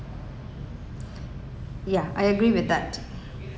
yeah I agree with that